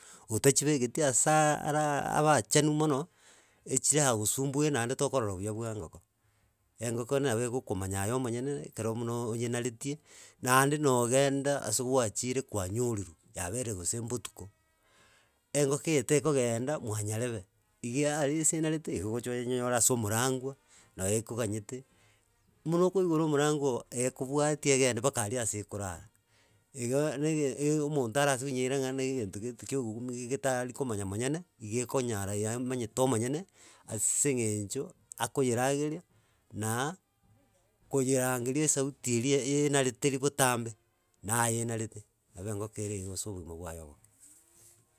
Otachibegeti asa ara arachenu mono. echira gosubue. tokorora buya bwa ngoko. Engoko nabo engokomanya aye emonyene. ekero buna onyenareti. Naende nogenda asengwachire kwa nyoriru. yabeire gose botuko. Engoko eye tokogenda mwanyarebe. Iga aria ase enarete. Igo ogocha onyenyore ase omoragua. no ekoganyete. Buna okoigora omoragua oo igo ekobwatia agende aria ase ekorara. Igo nee omonto arabase konyeira negetogete kioogokumi. getari komanya monyene. Igo ekonyara ye emanyete omonyone. ase egecho akoyerageria na koyerageria asauti eria enarete botabe. Naye enarete. nabo engoko ere ase obogima bwaye oboke.